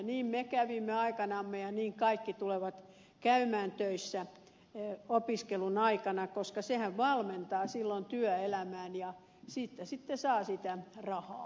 niin me kävimme aikanamme ja niin kaikki tulevat käymään töissä opiskelun aikana koska sehän valmentaa silloin työelämään ja siitä sitten saa sitä rahaa